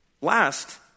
Last